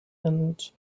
and